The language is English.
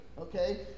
Okay